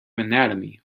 anatomy